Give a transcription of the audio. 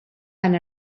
van